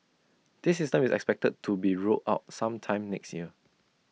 this system is expected to be rolled out sometime next year